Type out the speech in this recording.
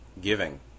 giving